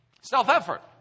self-effort